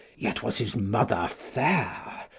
yet was his mother fair,